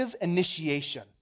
initiation